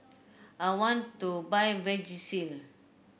I want to buy Vagisil